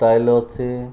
style ଅଛି